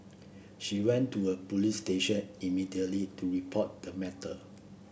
she went to a police station immediately to report the matter